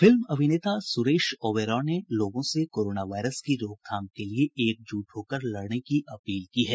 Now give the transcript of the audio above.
film अभिनेता सुरेश ओबेरॉय ने लोगों से कोरोना वायरस की रोकथाम के लिए एकजूट होकर लड़ने की अपील की है